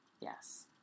Yes